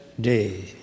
day